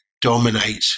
dominate